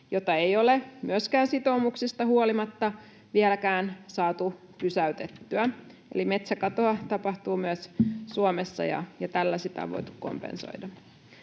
jota ei ole sitoumuksistakaan huolimatta vieläkään saatu pysäytettyä. Eli metsäkatoa tapahtuu myös Suomessa, ja tällä sitä on voitu kompensoida.